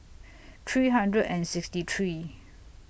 three hundred and sixty three